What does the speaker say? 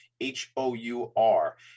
H-O-U-R